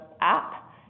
app